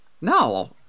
No